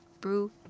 brew